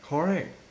correct